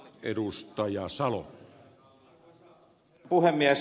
arvoisa herra puhemies